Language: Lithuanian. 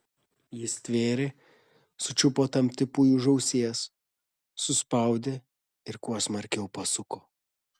jis stvėrė sučiupo tam tipui už ausies suspaudė ir kuo smarkiau pasuko